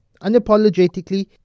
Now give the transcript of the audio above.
unapologetically